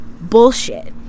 bullshit